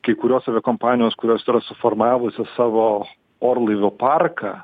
kai kurios aviakompanijos kurios yra suformavusios savo orlaivių parką